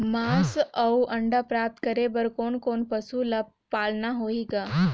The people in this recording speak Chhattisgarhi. मांस अउ अंडा प्राप्त करे बर कोन कोन पशु ल पालना होही ग?